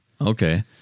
Okay